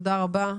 תודה רבה.